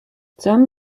some